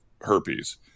Herpes